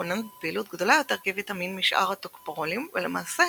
מחונן בפעילות גדולה יותר כוויטמין משאר הטוקופרולים ולמעשה